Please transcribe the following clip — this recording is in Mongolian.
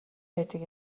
байдаг